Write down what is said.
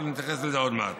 אבל אני אתייחס לזה עוד מעט.